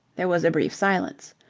there was a brief silence.